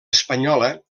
espanyola